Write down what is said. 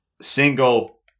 single